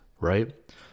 right